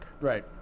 Right